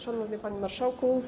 Szanowny Panie Marszałku!